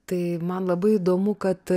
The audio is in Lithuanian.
tai man labai įdomu kad